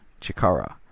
Chikara